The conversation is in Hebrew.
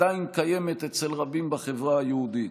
שעדיין קיימת אצל רבים בחברה היהודית.